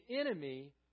enemy